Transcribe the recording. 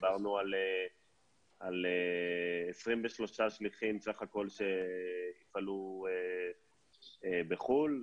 דיברנו על 23 שליחים סך הכול שיפעלו בחו"ל,